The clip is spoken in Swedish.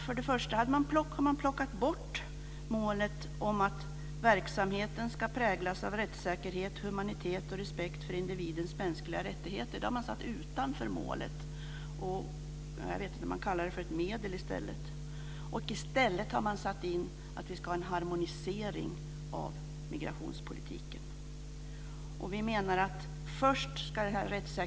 För det första har man plockat bort målet att verksamheten ska präglas av rättssäkerhet, humanitet och respekt för individens mänskliga rättigheter. Detta har man satt utanför målen och kallar det ett medel. I stället har man satt in att det ska ske en harmonisering av migrationspolitiken. Vi menar att rättssäkerheten ska komma först.